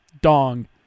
dong